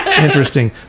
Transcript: Interesting